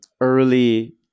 early